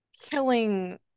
killing